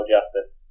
Justice